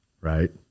right